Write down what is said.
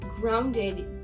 grounded